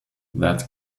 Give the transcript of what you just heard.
that